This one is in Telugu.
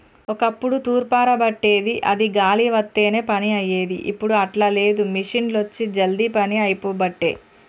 ఒక్కప్పుడు తూర్పార బట్టేది అది గాలి వత్తనే పని అయ్యేది, ఇప్పుడు అట్లా లేదు మిషిండ్లొచ్చి జల్దీ పని అయిపోబట్టే